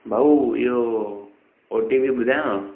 भाऊ इहो ओटीपी ॿुधायांव